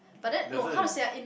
doesn't